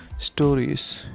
Stories